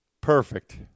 Perfect